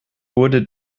wurde